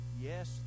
Yes